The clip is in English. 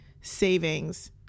savings